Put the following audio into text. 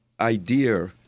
idea